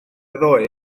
ddoe